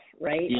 right